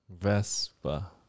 Vespa